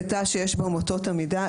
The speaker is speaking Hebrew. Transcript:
בתא שיש בו מוטות עמידה,